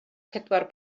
pedwar